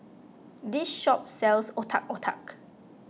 this shop sells Otak Otak